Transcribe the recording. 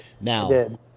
Now